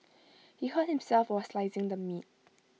he hurt himself while slicing the meat